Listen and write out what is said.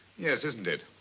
yes, isn't it.